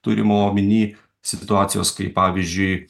turima omeny situacijos kai pavyzdžiui